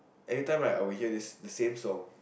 every time right I will this the same song